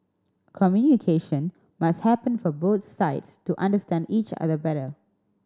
communication must happen for both sides to understand each other better